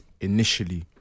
initially